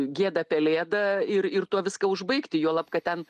gėda pelėda ir ir tuo viską užbaigti juolab kad ten